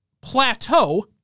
plateau